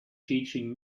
teaching